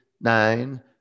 nine